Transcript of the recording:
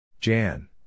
Jan